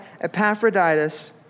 Epaphroditus